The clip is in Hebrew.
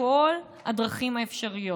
בכל דרכים האפשריות